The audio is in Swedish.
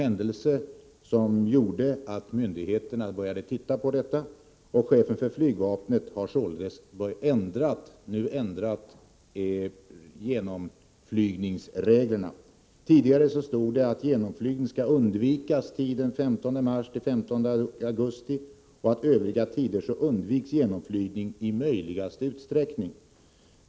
Händelsen gjorde att myndigheterna började undersöka saken, och chefen för flygvapnet har således nu ändrat reglerna. Tidigare stod det att genomflygning skulle undvikas under tiden 15 mars-15 augusti och att genomflygning skulle undvikas i möjligaste utsträckning under övrig tid.